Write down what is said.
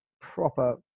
proper